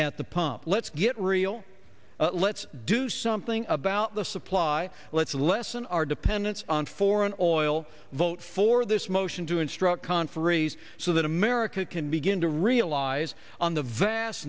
at the pump let's get real let's do something about the supply let's lessen our dependence on foreign oil vote for this motion to instruct conferees so that america can begin to realize on